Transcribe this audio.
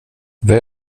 they